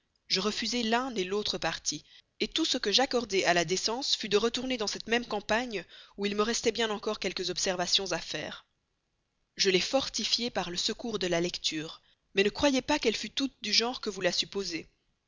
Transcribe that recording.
je refusai l'un l'autre parti tout ce que j'accordai à la décence fut de retourner dans cette même campagne où il me restait bien encore quelques observations à faire je les fortifiai par le secours de la lecture mais ne croyez pas qu'elle fût toute du genre que vous supposez